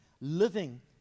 living